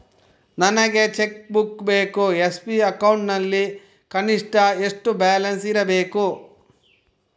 ನನಗೆ cheque book ಬೇಕು SB account ನಲ್ಲಿ ಕನಿಷ್ಠ ಎಷ್ಟು ಬ್ಯಾಲೆನ್ಸ್ ಇರಬೇಕು?